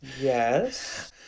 Yes